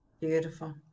Beautiful